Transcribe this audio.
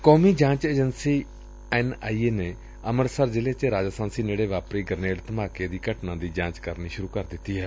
ਕੋਮੀ ਜਾਂਚ agency N I A ਨੇ ਅੰਮ੍ਰਿਤਸਰ ਜ਼ਿਲ੍ਹੇ ਚ ਰਾਜਾਸਾਂਸੀ ਨੇੜੇ ਵਾਪਰੀ ਗਰਨੇਡ ਧਮਾਕੇ ਦੀ ਘਟਨਾ ਦੀ ਜਾਂਚ ਕਰਨੀ ਸੁਰੂ ਕਰ ਦਿੱਤੀ ਏ